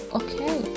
okay